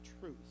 truth